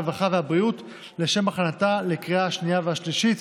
הרווחה והבריאות לשם הכנתה לקריאה השנייה והשלישית.